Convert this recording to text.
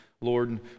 Lord